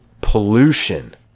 pollution